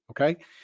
okay